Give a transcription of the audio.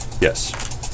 Yes